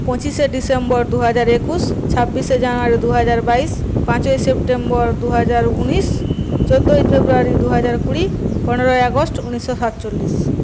পঁচিশে ডিসেম্বর দু হাজার একুশ ছাব্বিশে জানুয়ারি দু হাজার বাইশ পাঁচই সেপ্টেম্বর দু হাজার উনিশ চোদ্দোই ফেব্রুয়ারি দু হাজার কুড়ি পনেরোই আগস্ট ঊনিশশো সাতচল্লিশ